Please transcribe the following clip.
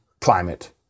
climate